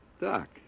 Doc